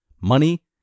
money